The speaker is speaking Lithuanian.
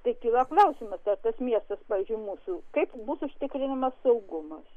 tai kyla klausimas ar tas miestas pavyzdžiui mūsų kaip bus užtikrinamas saugumas